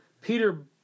Peter